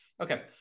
Okay